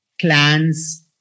clans